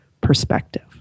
perspective